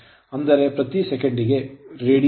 ಅಂದರೆ ಪ್ರತಿ ಸೆಕೆಂಡಿಗೆ radian ರೇಡಿಯನ್ ಯಾಂತ್ರಿಕ